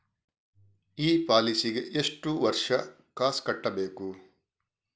ಈ ಪಾಲಿಸಿಗೆ ಎಷ್ಟು ವರ್ಷ ಕಾಸ್ ಕಟ್ಟಬೇಕು?